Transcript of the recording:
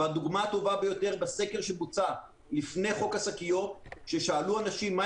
הדוגמה הטובה ביותר בסקר שבוצע לפני חוק השקיות ששאלו אנשים מה